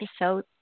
episode